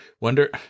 Wonder